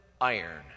iron